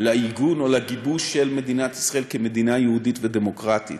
לעיגון או לגיבוש של מדינת ישראל כמדינה יהודית ודמוקרטית,